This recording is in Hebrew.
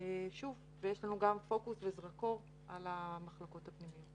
ויש לנו גם פוקוס וזרקור על המחלקות הפנימיות.